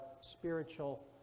spiritual